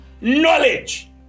knowledge